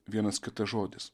vienas kitas žodis